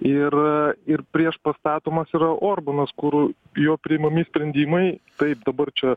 ir ir prieš pastatomas yra orbanas kur jo priimami sprendimai taip dabar čia